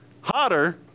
hotter